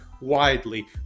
widely